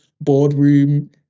boardroom